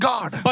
God